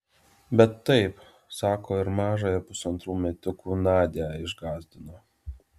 bet taip sako ir mažąją pusantrų metukų nadią išgąsdino